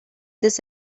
this